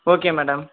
okay madam